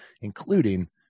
including